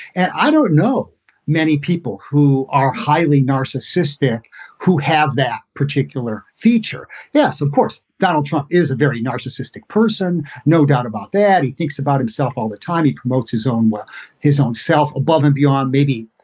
and i don't know many people who are highly narcissistic who have that particular feature. yes, of course, donald trump is a very narcissistic person, no doubt about that. he thinks about himself all the time. he promotes his um own his own self. above and beyond, maybe,